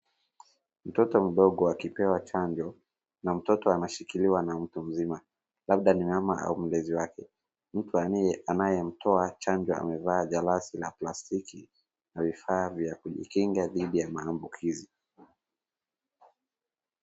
Mtoto mdogo akipewa chanjo na mtoto anashikiliwa na mtu mzima, labda ni mama au mlezi wake. Mtu anayemtoa chanjo amevaa glasi la plastiki na vifaa vya kujikinga dhidi ya maambukizi.